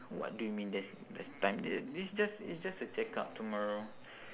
what do you mean there's there's time t~ it's just it's just a check up tomorrow